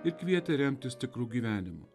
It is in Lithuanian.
ir kvietė remtis tikru gyvenimu